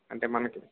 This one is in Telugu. అంటే మనకి